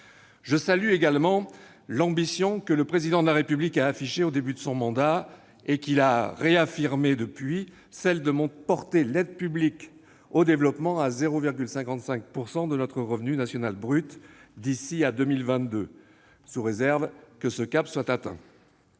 Je salue également l'ambition que le Président de la République a affichée au début de son mandat et qu'il a réaffirmée depuis, à savoir porter l'aide publique au développement à 0,55 % de notre revenu national brut d'ici à 2022, sous réserve que ce cap soit atteint.